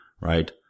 right